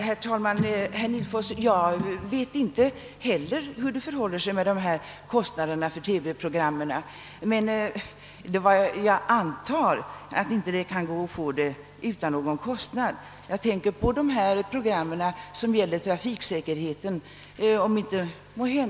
Herr talman! Jag vet inte heller, herr Nihlfors, hur det förhåller sig med kostnaderna för dessa TV-program. Men jag antar att man inte kan få dem utan någon kostnad. Jag håller för troligt att NTF får betala åtskilligt för trafiksäkerhetsprogrammen.